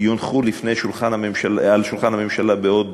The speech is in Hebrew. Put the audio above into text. יונחו על שולחן הממשלה בעוד